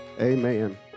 Amen